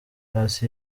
paccy